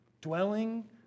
dwelling